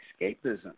escapism